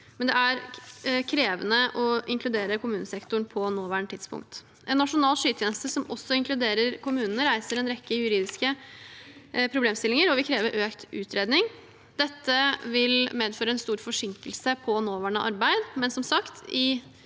men det er krevende å inkludere kommunesektoren på nåværende tidspunkt. En nasjonal skytjeneste som også inkluderer kommunene, reiser en rekke juridiske problemstillinger og vil kreve økt utredning. Dette vil medføre en stor forsinkelse for nåværende arbeid, men som sagt: